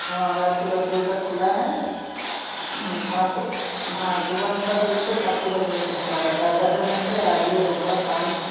हाँ रात को दस बजे तक खुली है आप हाँ सुबह ना दस बजे से रात को दस बजे तक खुली रहती है आपका जब मन करे आ जाइए दोपहर शाम